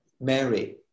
Mary